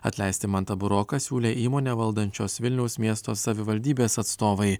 atleisti mantą buroką siūlė įmonę valdančios vilniaus miesto savivaldybės atstovai